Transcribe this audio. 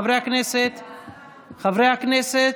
חבר הכנסת,